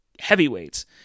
heavyweights